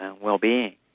well-being